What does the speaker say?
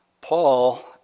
Paul